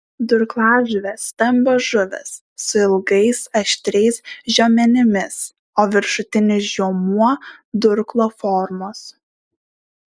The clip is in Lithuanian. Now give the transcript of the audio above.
durklažuvės stambios žuvys su ilgais aštriais žiomenimis o viršutinis žiomuo durklo formos